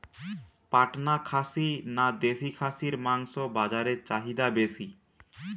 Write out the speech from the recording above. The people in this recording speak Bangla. পাটনা খাসি না দেশী খাসির মাংস বাজারে চাহিদা বেশি?